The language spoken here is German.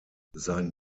sein